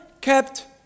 kept